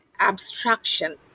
abstraction